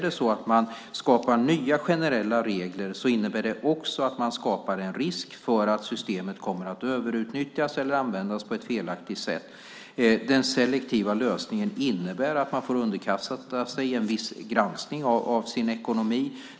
Skapar man nya generella regler skapar man också en risk för att systemet kommer att överutnyttjas eller användas på ett felaktigt sätt. Den selektiva lösningen innebär att man får underkasta sig en viss granskning av sin ekonomi.